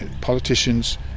politicians